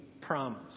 promise